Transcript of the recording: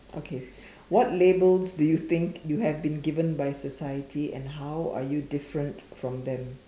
okay what labels do you think you have been given by society and how are you different from them